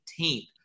18th